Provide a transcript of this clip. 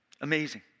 Amazing